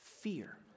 Fear